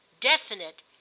definite